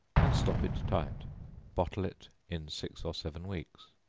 and stop it tight bottle it in six or seven weeks.